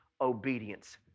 obedience